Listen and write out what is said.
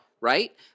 Right